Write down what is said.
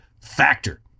Factor